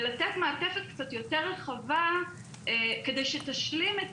ולתת מעטפת קצת יותר רחבה כדי שתשלים את